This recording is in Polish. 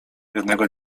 jednego